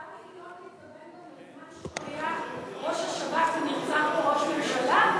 כרמי גילון התכוון גם לזמן שהוא היה ראש השב"כ ונרצח פה ראש ממשלה,